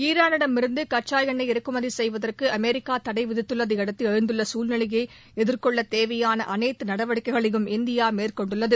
ஈரானிடமிருந்து கச்சா எண்ணெய் இறக்குமதி செய்வதற்கு அமெரிக்கா தடை விதித்துள்ளதை அடுத்து எழுந்துள்ள சூழ்நிலைகளை எதிர்கொள்ள தேவையான அனைத்து நடவடிக்கைகளையும் இந்தியா மேற்கொண்டுள்ளது